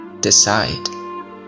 Decide